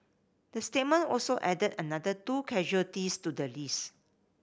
the statement also added another two casualties to the list